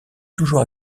toujours